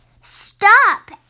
stop